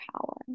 power